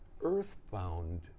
earthbound